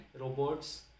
robots